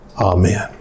Amen